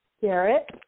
Garrett